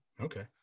Okay